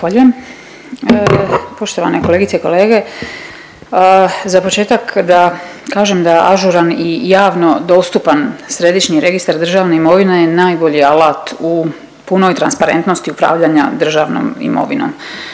Poštovane kolegice i kolege za početak da kažem da ažuran i javno dostupan središnji registar državne imovine je najbolji alat u punoj transparentnosti upravljanja državnom imovinom.